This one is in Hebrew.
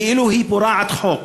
כאילו היא פורעת חוק,